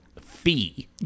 fee